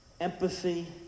empathy